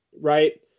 right